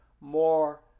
more